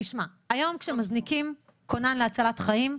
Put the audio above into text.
היום כשמזניקים כונן להצלת חיים,